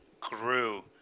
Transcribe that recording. grew